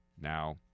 Now